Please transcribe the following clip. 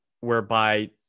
whereby